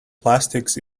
plastics